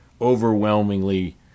overwhelmingly